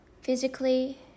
Physically